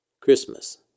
Christmas